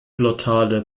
glottale